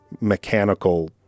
mechanical